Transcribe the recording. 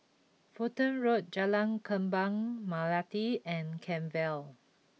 Fulton Road Jalan Kembang Melati and Kent Vale